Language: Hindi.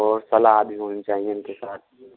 और सालाद भी होनी चाहिए उनके साथ